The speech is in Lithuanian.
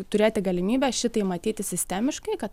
turėti galimybę šitai matyti sistemiškai kad